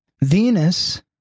Venus